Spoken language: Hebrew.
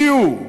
מי הוא?